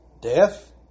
Death